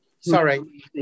sorry